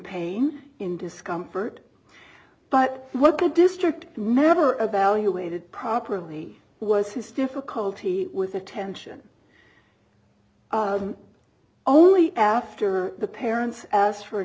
pain in discomfort but what the district never valuated properly was his difficulty with attention only after the parents asked for an